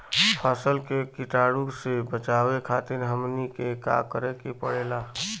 फसल के कीटाणु से बचावे खातिर हमनी के का करे के पड़ेला?